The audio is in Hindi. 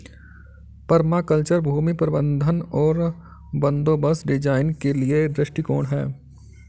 पर्माकल्चर भूमि प्रबंधन और बंदोबस्त डिजाइन के लिए एक दृष्टिकोण है